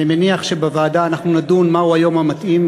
אני מניח שבוועדה אנחנו נדון מהו היום המתאים